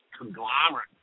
conglomerate